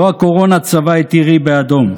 / לא הקורונה צבעה את עירי באדום,